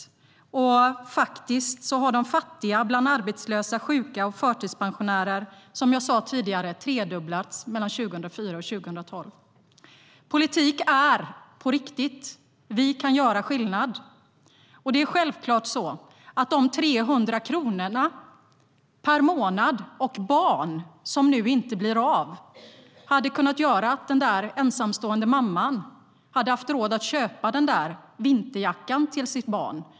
Som jag sa tidigare har andelen fattiga bland arbetslösa, sjuka och förtidspensionärer tredubblats mellan 2004 och 2012.Politik är på riktigt. Vi kan göra skillnad. De 300 kronor per månad och barn som nu inte blir av hade kunnat göra att den där ensamstående mamman haft råd att köpa den där vinterjackan till sitt barn.